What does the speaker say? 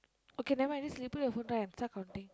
okay nevermind just your photo and start counting